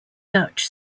dutch